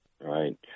right